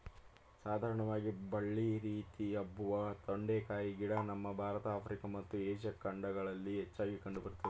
ಸಾಧಾರಣವಾಗಿ ಬಳ್ಳಿ ರೀತಿ ಹಬ್ಬುವ ತೊಂಡೆಕಾಯಿ ಗಿಡ ನಮ್ಮ ಭಾರತ ಆಫ್ರಿಕಾ ಮತ್ತು ಏಷ್ಯಾ ಖಂಡಗಳಲ್ಲಿ ಹೆಚ್ಚಾಗಿ ಕಂಡು ಬರ್ತದೆ